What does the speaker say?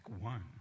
one